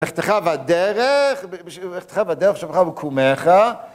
‫בלכתך ובדרך, בשביל... בלכתך ובדרך, ובשוכבך ובקומך.